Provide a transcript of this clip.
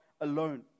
alone